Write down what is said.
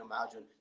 imagine